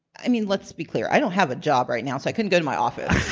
i mean let's be clear, i don't have a job right now, so i couldn't go to my office.